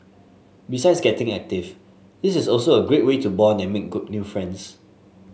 besides getting active this is also a great way to bond and make good new friends